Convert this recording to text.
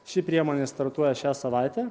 ši priemonė startuoja šią savaitę